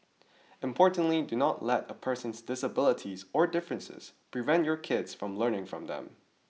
importantly do not let a person's disabilities or differences prevent your kids from learning from them